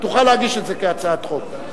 תוכל להגיש את זה כהצעת חוק.